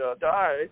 die